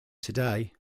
today